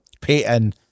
Peyton